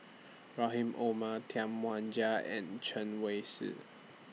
Rahim Omar Tam Wai Jia and Chen Wen Hsi